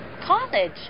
College